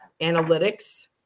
analytics